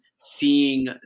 seeing